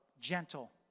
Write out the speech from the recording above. gentle